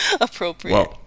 appropriate